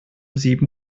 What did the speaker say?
sieben